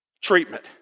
treatment